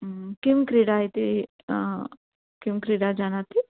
किं क्रीडा इति किं क्रीडा जानाति